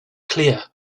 clear